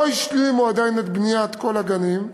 לא השלימו עדיין את בניית כל הגנים,